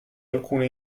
alcune